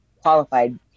qualified